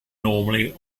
normally